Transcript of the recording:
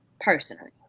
personally